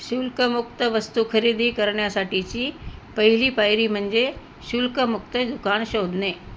शुल्कमुक्त वस्तू खरेदी करण्यासाठीची पहिली पायरी म्हणजे शुल्कमुक्त दुकान शोधणे